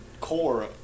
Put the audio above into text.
core